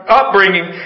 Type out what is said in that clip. upbringing